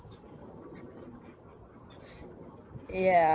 ya